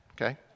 okay